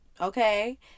okay